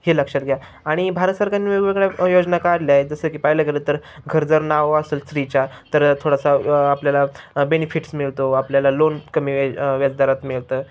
हे लक्षात घ्या आणि भारत सरकारने वेगवेगळ्या योजना काढल्या आहेत जसं की पाहिलं गेलं तर घर जर नावं असेल स्त्रीच्या तर थोडासा आपल्याला बेनिफिट्स मिळतो आपल्याला लोन कमी व व्यजदारात मिळतं